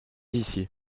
ici